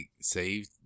save